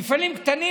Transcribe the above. בעיקר מפעלים קטנים,